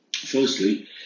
Firstly